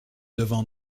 devant